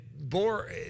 bore